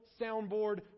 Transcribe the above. soundboard